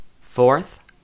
Fourth